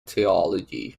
theology